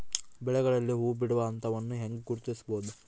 ಬೆಳೆಗಳಲ್ಲಿ ಹೂಬಿಡುವ ಹಂತವನ್ನು ಹೆಂಗ ಗುರ್ತಿಸಬೊದು?